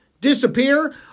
disappear